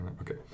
Okay